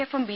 എഫും ബി